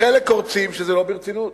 לחלק קורצים שזה לא ברצינות,